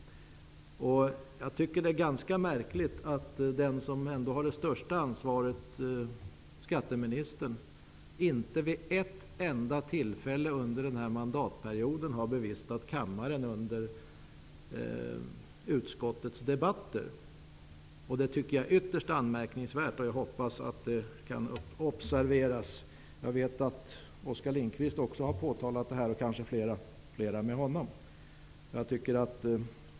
Det är ganska märkligt att den som ändå har det största ansvaret, skatteministern, inte vid ett enda tillfälle under denna mandatperiod har bevistat kammaren under utskottets debatter. Det är ytterst anmärkningsvärt. Jag hoppas att detta noteras. Jag vet att även Oskar Lindkvist har påtalat detta, och kanske flera med honom.